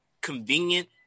convenient